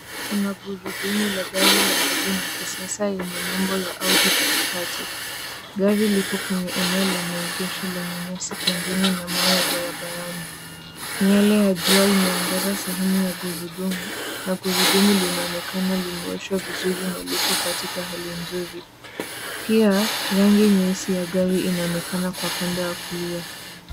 Kuna gurudumu la gari lenye rimu ya kisasa yenye nembo ya Audi katikati. Gari lipo kwenye eneo la maegesho lenye nyasi pembeni na mawe ya barabarani. Miale ya jua imeangaza sehemu ya gurudumu na gurudumu linaonekana limeoshwa vizuri na liko katika hali nzuri. Pia rangi nyeusi ya gari inaonekana kwa upande wa kulia.